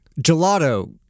Gelato